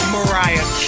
Mariah